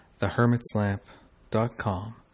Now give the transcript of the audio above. thehermitslamp.com